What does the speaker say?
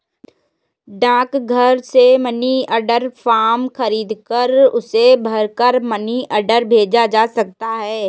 डाकघर से money order form खरीदकर उसे भरकर मनी ऑर्डर भेजा जा सकता है